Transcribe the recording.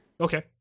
Okay